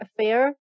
affair